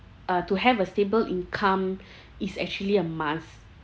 uh to have a stable income is actually a must